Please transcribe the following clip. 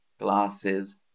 glasses